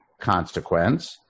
consequence